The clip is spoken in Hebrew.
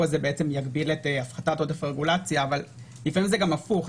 הזה יגביל את הפחתת עודף הרגולציה אבל לפעמים זה גם הפוך.